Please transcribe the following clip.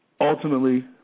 Ultimately